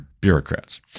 bureaucrats